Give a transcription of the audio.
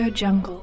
jungle